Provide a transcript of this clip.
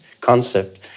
concept